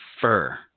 fur